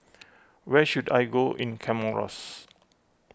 where should I go in Comoros